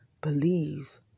believe